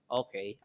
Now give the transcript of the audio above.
okay